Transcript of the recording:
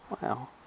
wow